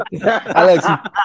Alex